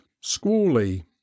squally